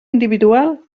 individual